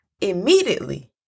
immediately